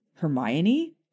Hermione